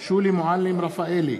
שולי מועלם-רפאלי,